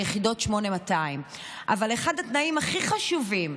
ביחידות 8200. אבל אחד התנאים הכי חשובים,